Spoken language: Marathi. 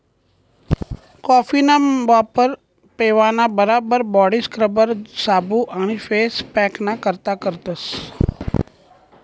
कॉफीना वापर पेवाना बराबर बॉडी स्क्रबर, साबू आणि फेस पॅकना करता करतस